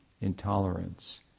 Intolerance